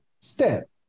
Step